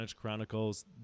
Chronicles